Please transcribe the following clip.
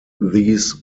these